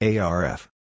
ARF